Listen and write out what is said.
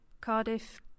Cardiff